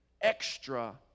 extra